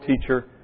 teacher